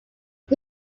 but